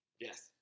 Yes